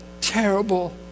terrible